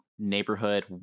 neighborhood